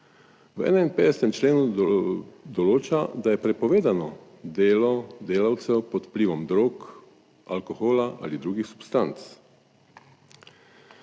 V 51. členu določa, da je prepovedano delo delavcev pod vplivom drog, alkohola ali drugih substanc.